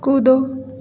कूदो